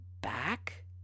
back